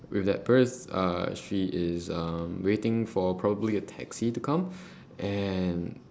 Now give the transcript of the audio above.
with that purse uh she is um waiting for probably a taxi to come and